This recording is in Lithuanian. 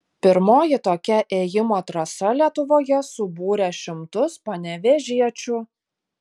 pirmoji tokia ėjimo trasa lietuvoje subūrė šimtus panevėžiečių